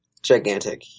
Gigantic